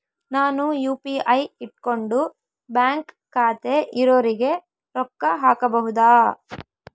ನಾನು ಯು.ಪಿ.ಐ ಇಟ್ಕೊಂಡು ಬ್ಯಾಂಕ್ ಖಾತೆ ಇರೊರಿಗೆ ರೊಕ್ಕ ಹಾಕಬಹುದಾ?